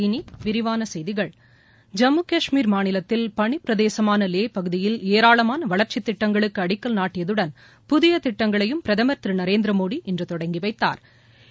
இனி விரிவான செய்திகள் ஜம்மு கஷ்மீர் மாநிலத்தில் பனிபிரதேசமான லேஹ் பகுதியில் ஏராளமான வளர்ச்சி திட்டங்களுக்கு அடிக்கல் நாட்டியதுடன் புதிய திட்டங்களையும் பிரதமர் திரு நரேந்திரமோடி இன்று தொடங்கி வைத்தாா்